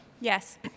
Yes